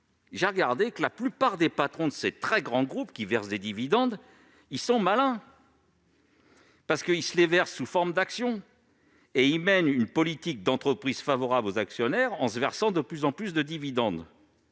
sont malins la plupart des patrons de ces très grands groupes qui versent des dividendes ? Ils se paient sous forme d'actions, et ils mènent une politique d'entreprise favorable aux actionnaires en se versant de plus en plus de dividendes